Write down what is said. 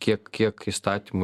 kiek kiek įstatymų